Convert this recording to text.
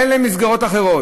אין להם מסגרות אחרות.